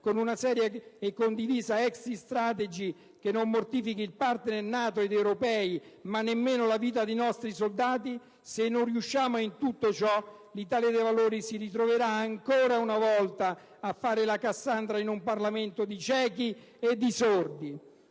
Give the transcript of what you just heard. con una seria e condivisa *exit* *strategy* che non mortifichi i partner NATO ed europei, ma nemmeno le vite dei nostri soldati, se non riusciamo in tutto ciò, l'Italia dei Valori si ritroverà ancora una volta a fare la Cassandra in un Parlamento di ciechi e di sordi.